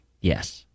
Yes